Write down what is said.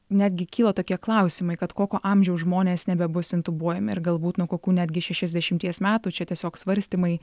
netgi kyla tokie klausimai kad kokio amžiaus žmonės nebebus intubuojami ir galbūt nuo kokių netgi šešiasdešimties metų čia tiesiog svarstymai